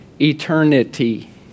eternity